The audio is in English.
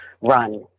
run